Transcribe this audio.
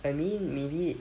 I mean maybe